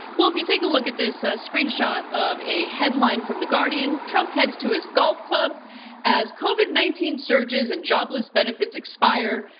well, if you take a look at this screenshot of a headline from the guardian, trump heads to his golf club as covid nineteen surges and jobless benefits expire.